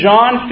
John